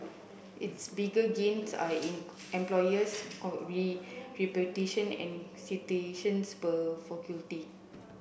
its bigger gains are in employers reputation and citations per faculty